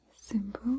simple